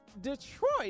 Detroit